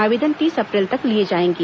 आवेदन तीस अप्रैल तक लिए जाएंगे